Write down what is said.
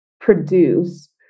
produce